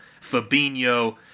Fabinho